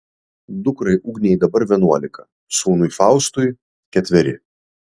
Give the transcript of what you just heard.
dukrai ugnei dabar vienuolika sūnui faustui ketveri